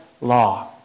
law